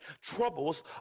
Troubles